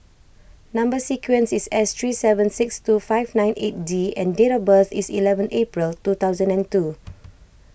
Number Sequence is S three seven six two five nine eight D and date of birth is eleven April two thousand and two